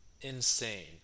insane